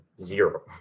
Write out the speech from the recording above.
zero